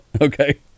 Okay